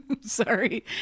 Sorry